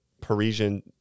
Parisian